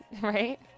right